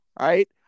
right